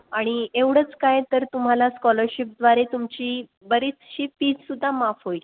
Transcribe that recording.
आणि एवढंच काय तर तुम्हाला स्कॉलरशिपद्वारे तुमची बरीचशी फीस सुद्धा माफ होईल